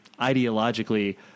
ideologically